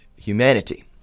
humanity